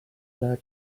another